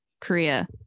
Korea